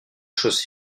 choses